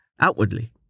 Outwardly